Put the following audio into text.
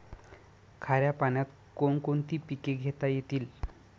खाऱ्या पाण्यात कोण कोणती पिके घेता येतील?